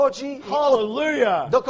Hallelujah